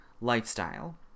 lifestyle